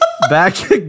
back